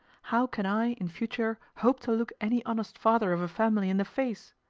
how can i, in future, hope to look any honest father of a family in the face?